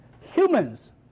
humans